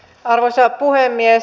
arvoisa puhemies